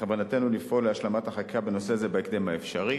בכוונתנו לפעול להשלמת החקיקה בנושא הזה בהקדם האפשרי.